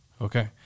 Okay